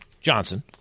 Johnson